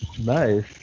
Nice